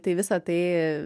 tai visa tai